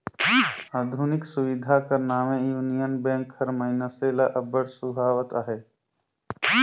आधुनिक सुबिधा कर नावें युनियन बेंक हर मइनसे मन ल अब्बड़ सुहावत अहे